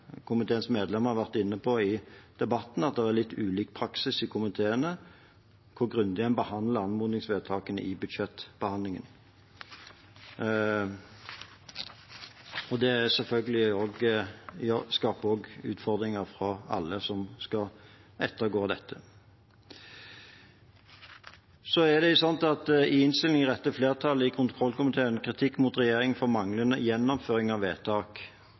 komiteens medlemmer også har vært inne på i debatten, at det er litt ulik praksis i komiteene om hvor grundig en behandler anmodningsvedtakene i budsjettbehandlingen. Det skaper selvfølgelig også utfordringer for alle som skal ettergå dette. I innstillingen retter flertallet i kontrollkomiteen kritikk mot regjeringen for manglende gjennomføring av vedtak.